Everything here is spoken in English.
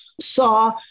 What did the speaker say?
saw